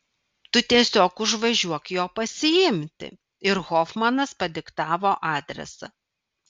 tu tiesiog užvažiuok jo pasiimti ir hofmanas padiktavo adresą